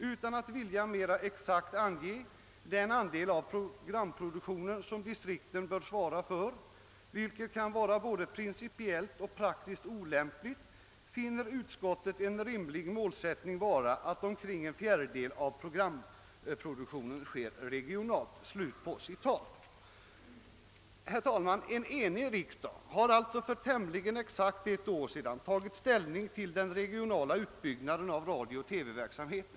Utan att vilja mera exakt ange den andel av programproduktionen som distrikten bör svara för — vilket kan vara både principiellt och praktiskt olämpligt — finner utskottet en rimlig målsättning vara att omkring en fjärdedel av programproduktionen sker regionalt.» Herr talman! En enig riksdag har alltså för tämligen exakt ett år sedan tagit ställning till den regionala utbyggnaden av radiooch TV-verksamheten.